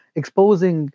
exposing